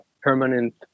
permanent